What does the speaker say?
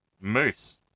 Moose